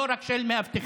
לא רק של מאבטחים.